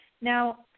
Now